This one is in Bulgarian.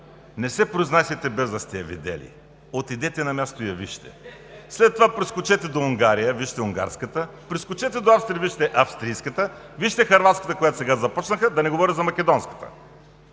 не се произнасяйте, без да сте я видели. Отидете на място и я вижте. След това прескочете до Унгария, вижте унгарската, прескочете до Австрия, вижте австрийската, вижте хърватската, която сега започнаха, да не говоря за македонската.